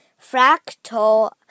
fractal